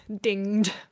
dinged